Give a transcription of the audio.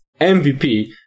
MVP